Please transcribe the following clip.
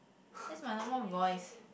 that's my normal voice